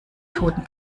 toten